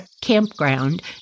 campground